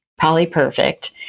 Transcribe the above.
poly-perfect